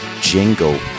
jingle